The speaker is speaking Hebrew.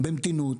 ללכת במתינות,